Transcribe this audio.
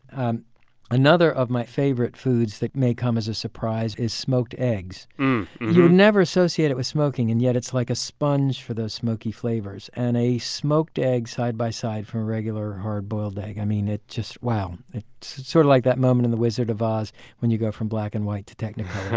and another of my favorite foods that may come as a surprise is smoked eggs. you would never associate it with smoking, and yet it's like a sponge for those smoky flavors. and a smoked egg side by side with a regular hard-boiled egg, i mean it's just wow. it's sort of like that moment in the wizard of oz when you go from black and white to technicolor